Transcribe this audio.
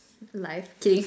life kidding